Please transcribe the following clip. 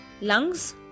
Lungs